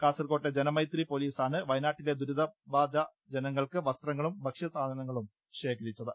കാസർക്കോട്ടെ ജന മൈത്രി പൊലീസാണ് വയനാട്ടിലെ ദുരിതബാധ ജനങ്ങൾക്ക് വസ്ത്ര ങ്ങളും ഭക്ഷ്യസാധനങ്ങളും ശേഖരിച്ചത്